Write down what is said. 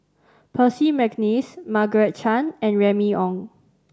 Percy McNeice Margaret Chan and Remy Ong